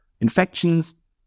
infections